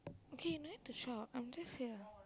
okay you don't need to shout I'm just here